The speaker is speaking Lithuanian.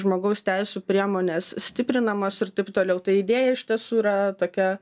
žmogaus teisių priemonės stiprinamos ir taip toliau tai idėja iš tiesų yra tokia